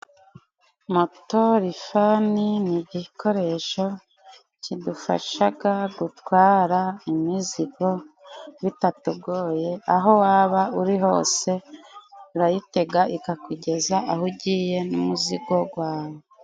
Moto Rifani ni igikoresho kidufashaga gutwara imizigo bitatugoye, aho waba uri hose urayitega ikakugeza aho ugiye n'umuzigo wawe.